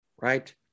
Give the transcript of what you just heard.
Right